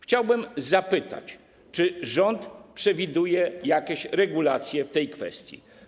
Chciałbym zapytać: Czy rząd przewiduje jakieś regulacje w tej kwestii?